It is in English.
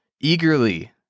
eagerly